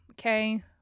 okay